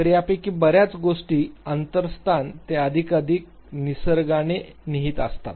तर यापैकी बर्याच गोष्टी आंतर स्थान ते अधिक आणि अधिक निसर्गाने निहित असतात